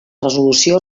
resolució